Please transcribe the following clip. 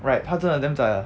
right 他真的 damn zai lah